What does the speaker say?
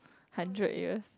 hundred years